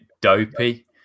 dopey